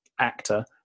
actor